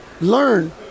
learn